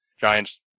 giants